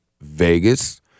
Vegas